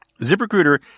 ZipRecruiter